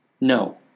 No